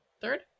Third